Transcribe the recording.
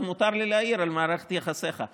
אז מותר לי להעיר על מערכת יחסיך.